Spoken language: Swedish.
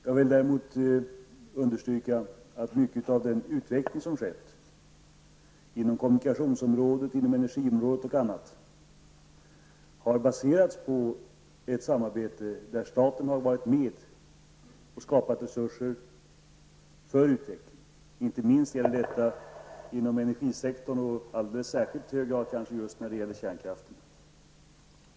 Jag vill däremot understryka att mycket av den utveckling som skett inom kommunikationsområdet, energiområdet, m.fl. områden har baserats på ett samarbete där staten har varit med och skapat resurser för utveckling. Inte minst gäller detta inom energisektorn och kanske i alldeles särskilt hög grad när det gäller kärnkraften.